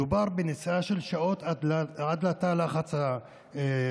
מדובר בנסיעה של שעות עד תא הלחץ הקרוב,